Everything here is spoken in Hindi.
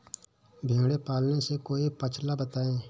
भेड़े पालने से कोई पक्षाला बताएं?